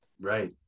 Right